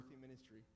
ministry